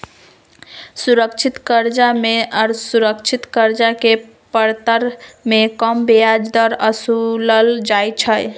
सुरक्षित करजा में असुरक्षित करजा के परतर में कम ब्याज दर असुलल जाइ छइ